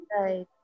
Right